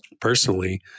personally